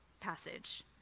passage